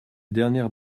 dernière